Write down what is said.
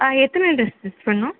ஆ எத்தனை dress stitch பண்ணனும்